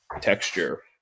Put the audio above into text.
texture